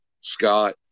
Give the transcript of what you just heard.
Scott